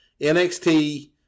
NXT